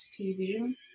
TV